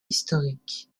historique